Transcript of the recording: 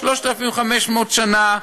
3,500 שנה,